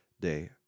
day